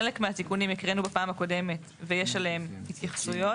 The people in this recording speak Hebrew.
חלק מהתיקונים הקראנו בפעם הקודמת ויש עליהם התייחסויות,